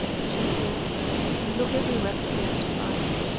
but shut the door first, and look everywhere for fear of spies.